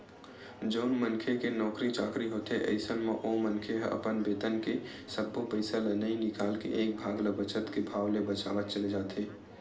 जउन मनखे के नउकरी चाकरी होथे अइसन म ओ मनखे ह अपन बेतन के सब्बो पइसा ल नइ निकाल के एक भाग ल बचत के भाव ले बचावत चले जाथे